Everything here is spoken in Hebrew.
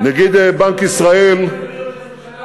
אדוני ראש הממשלה,